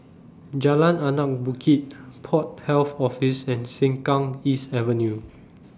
Jalan Anak Bukit Port Health Office and Sengkang East Avenue